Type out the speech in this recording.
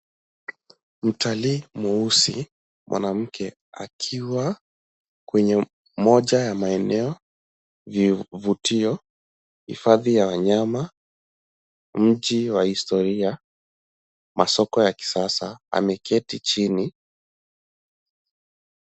Mtalii mweusi, mwanamke akiwa kwenye moja ya maeneo vivutio, hifadhi ya wanyama , mji wa historia, masoko ya kisasa, ameketi chini.